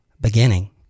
beginning